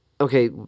okay